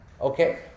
Okay